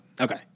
Okay